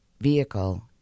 vehicle